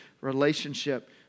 relationship